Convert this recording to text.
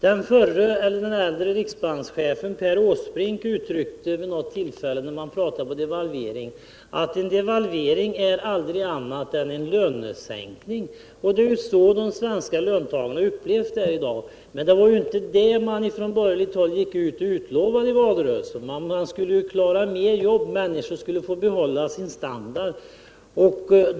Den tidigare riksbankschefen Per Åsbrink sade vid något tillfälle då man talade om devalvering: En devalvering är aldrig annat än en lönesänkning. Det är så de svenska löntagarna upplever det i dag. Men det var inte det man från borgerligt håll utlovade i valrörelsen. Man skulle skapa fler jobb, människorna skulle få behålla sin standard.